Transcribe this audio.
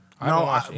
No